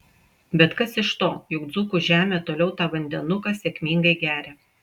bet kas iš to juk dzūkų žemė toliau tą vandenuką sėkmingai geria